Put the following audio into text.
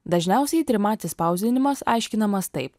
dažniausiai trimatis spausdinimas aiškinamas taip